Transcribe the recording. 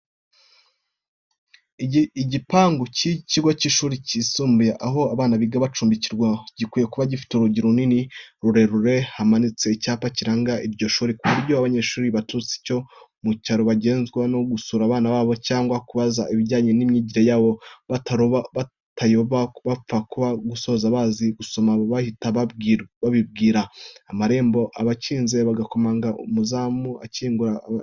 Igipangu cy'ikigo cy'ishuri ryisumbuye, aho abana biga banacumbikirwa, gikwiye kuba gifite urugi runini rurerure, hanamanitse icyapa kiranga iryo shuri, ku buryo ababyeyi baturutse iyo mu cyaro bagenzwa no gusura abana babo cyangwa kubaza ibijyanye n'imyigire yabo batayoba bapfa kuba gusa bazi gusoma bahita bahibwira. Amarembo aba akinze, barakomanga maze umuzamu agakingura akabaha ikaze.